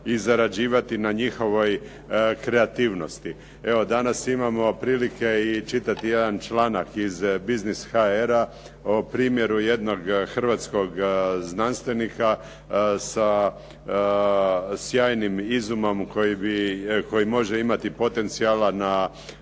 i zarađivati na njihovoj kreativnosti. Evo, danas imamo prilike i čitati jedan članak iz "Biznis HR-a" o primjeru jednog hrvatskog znanstvenika sa sjajnim izumom koji može imati potencijala na